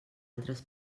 altres